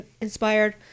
inspired